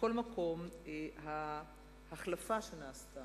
מכל מקום, ההחלפה שנעשתה,